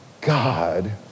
God